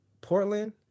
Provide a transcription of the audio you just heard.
Portland